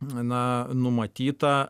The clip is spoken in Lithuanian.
na numatyta